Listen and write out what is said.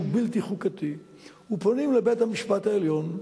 בלתי חוקתי ופונים לבית-המשפט העליון,